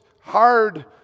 hard